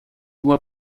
nur